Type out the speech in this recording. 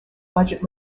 budget